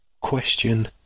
Question